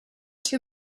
too